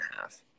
half